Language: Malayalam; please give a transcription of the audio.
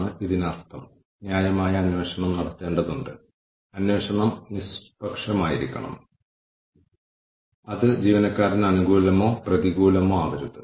തുടർന്ന് വിവിധ ഓർഗനൈസേഷനുകൾ നടത്തിയ അല്ലെങ്കിൽ വിലയിരുത്തിയ പൊതു ഹ്യൂമൻ ക്യാപിറ്റൽ നടപടികളും നമുക്ക് വിലയിരുത്താം